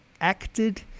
acted